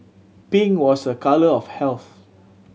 pink was a colour of health